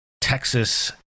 Texas